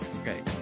Okay